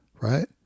right